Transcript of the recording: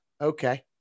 okay